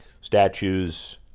statues